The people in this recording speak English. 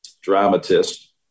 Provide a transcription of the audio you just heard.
dramatist